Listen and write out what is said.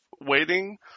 waiting